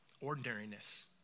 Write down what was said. Ordinariness